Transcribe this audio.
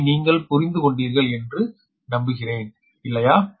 இதை நீங்கள் புரிந்து கொண்டீர்கள் என்று நம்புகிறேன் இல்லையா